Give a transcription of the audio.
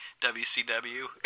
WCW